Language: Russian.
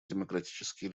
демократические